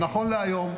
נכון להיום,